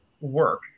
work